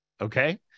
Okay